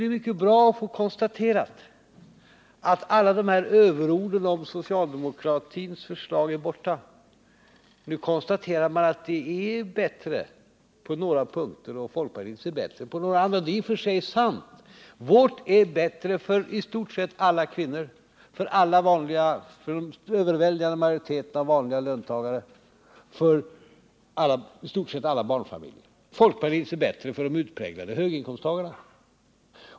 Det känns bra att få konstatera att alla dessa överord om socialdemokratins förslag är borta. Nu konstaterar man att socialdemokratins förslag är bättre på några punkter och folkpartiets bättre på några andra. Det är i och för sig sant. Vårt förslag är bättre för i stort sett alla kvinnor, för den överväldigande majoriteten av löntagare och för i stort sett alla barnfamiljer. Folkpartiets förslag är bättre för de utpräglade höginkomsttagarna.